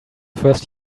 first